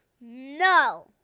No